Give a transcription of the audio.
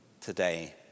today